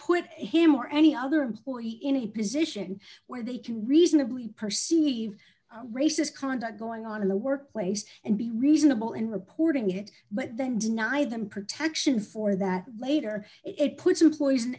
put him or any other employee in a position where they can reasonably perceive racist conduct going on in the workplace and be reasonable in reporting it but then deny them protection for that later it puts